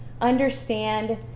understand